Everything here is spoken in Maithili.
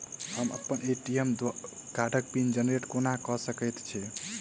हम अप्पन ए.टी.एम कार्डक पिन जेनरेट कोना कऽ सकैत छी?